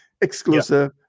Exclusive